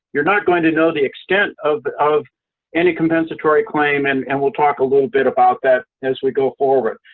you're not going to know the extent of of any compensatory claim, and and we'll talk a little bit about that as we go forward.